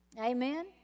Amen